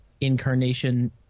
incarnation